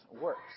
works